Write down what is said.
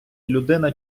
людина